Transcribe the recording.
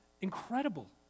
incredible